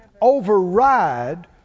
override